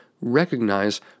recognize